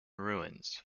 ruins